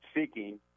seeking